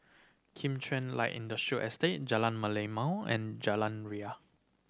Kim Chuan Light Industrial Estate Jalan Merlimau and Jalan Ria